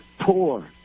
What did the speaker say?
poor